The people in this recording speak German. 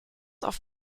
auf